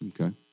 Okay